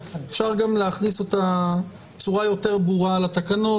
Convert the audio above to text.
אפשר גם להכניס אותה בצורה יותר ברורה לתקנות.